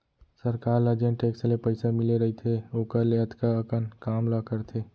सरकार ल जेन टेक्स ले पइसा मिले रइथे ओकर ले अतका अकन काम ला करथे